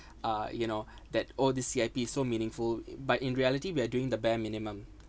uh you know that oh this C_I_P so meaningful but in reality we are doing the bare minimum